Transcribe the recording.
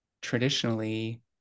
traditionally